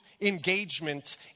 engagement